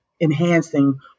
enhancing